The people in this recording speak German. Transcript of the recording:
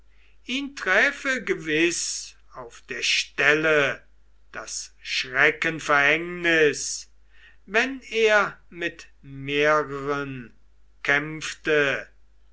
ihn träfe gewiß auf der stelle das schreckenverhängnis wenn er mit mehreren kämpfte